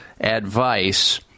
advice